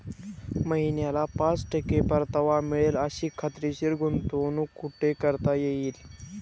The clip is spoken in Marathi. महिन्याला पाच टक्के परतावा मिळेल अशी खात्रीशीर गुंतवणूक कुठे करता येईल?